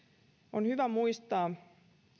on hyvä muistaa